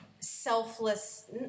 selfless